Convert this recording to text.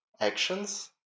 actions